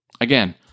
again